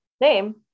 name